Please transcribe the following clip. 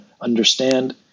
understand